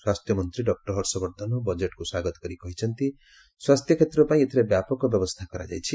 ସ୍ୱାସ୍ଥ୍ୟମନ୍ତ୍ରୀ ଡକ୍କର ହର୍ଷବର୍ଦ୍ଧନ ବଜେଟକୁ ସ୍ୱାଗତ କରି କହିଛନ୍ତି ସ୍ୱାସ୍ଥ୍ୟକ୍ଷେତ୍ର ପାଇଁ ଏଥିରେ ବ୍ୟାପକ ବ୍ୟବସ୍ଥା କରାଯାଇଛି